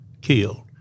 killed